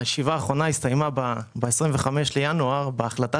הישיבה האחרונה הסתיימה ב-25 בינואר בהחלטה